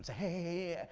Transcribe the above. hey,